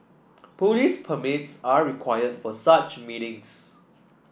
police permits are required for such meetings